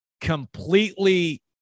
completely